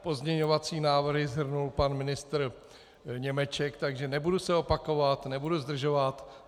Pozměňovací návrhy shrnul pan ministr Němeček, takže nebudu se opakovat, nebudu zdržovat.